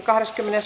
asia